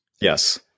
Yes